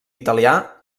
italià